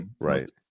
Right